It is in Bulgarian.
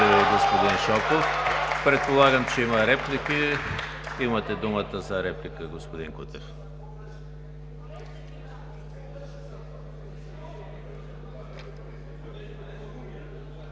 господин Шопов. Предполагам, че има реплики. Имате дума за реплика, господин Кутев.